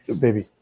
Baby